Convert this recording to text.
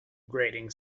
grating